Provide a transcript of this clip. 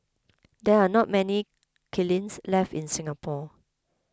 there are not many kilns left in Singapore